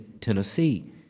Tennessee